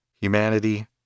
Humanity